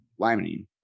limonene